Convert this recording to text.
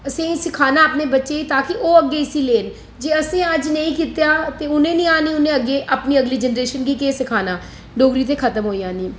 असें सखाना अपने बच्चें गी तां कि ओह् अग्गै इसी लेन जे असें अज्ज नेईं कीता ते उ'नें नेईं आनी उ'नें अग्गै अपनी अगली जनरेशन गी केह् सखाना डोगरी ते खत्म होई जानी